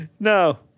No